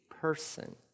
person